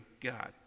God